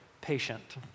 patient